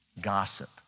gossip